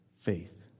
faith